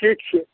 ठीक छै